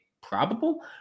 probable